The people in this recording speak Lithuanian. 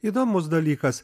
įdomus dalykas